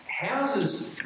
Houses